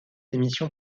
l’émission